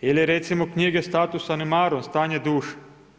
ili recimo knjige Status animarum, Stanje duše.